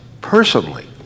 personally